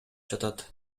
жатат